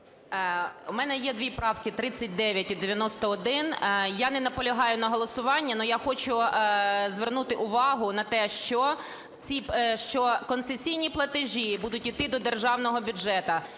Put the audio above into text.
У мене є дві правки: 39 і 91. Я не наполягаю на голосуванні, але я хочу звернути увагу на те, що концесійні платежі будуть йти до державного бюджету.